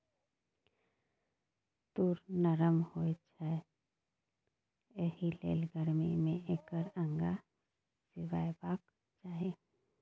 तूर नरम होए छै एहिलेल गरमी मे एकर अंगा सिएबाक चाही